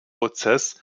prozess